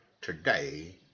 today